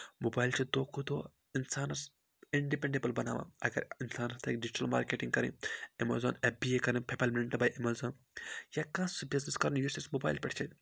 mobile چھِ دۄہ کھۄتہٕ دۄہ اِنسانَس اِنڈِپٮ۪نٛڈیبٕل بَناوان اگر اِنسانَس تھَکہِ ڈِجِٹَل مارکیٹِنٛگ کَرٕنۍ ایٚمیزان ایٚپ بی اے کَرٕنۍ فِفیل مِنٹ بے ایٚمیزان یا کانٛہہ سُہ بِزنِس کَرُن یُس اَسہِ موبایل پٮ۪ٹھ چھِ